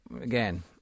again